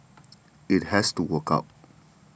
it has to work out